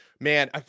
Man